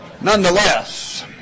nonetheless